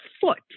foot